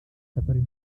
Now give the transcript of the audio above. которые